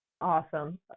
awesome